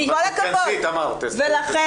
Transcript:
לכן,